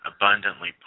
abundantly